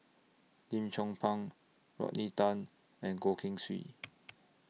Lim Chong Pang Rodney Tan and Goh Keng Swee